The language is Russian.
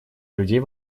людей